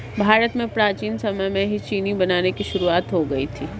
भारत में प्राचीन समय में ही चीनी बनाने की शुरुआत हो गयी थी